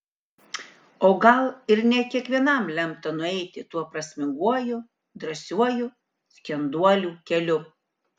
o gal ir ne kiekvienam lemta nueiti tuo prasminguoju drąsiuoju skenduolių keliu